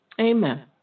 Amen